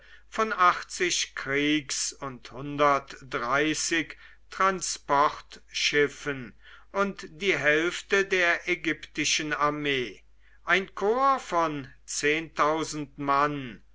von kriegs und transportschiffen und die hälfte der ägyptischen armee ein korps von mann